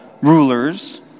rulers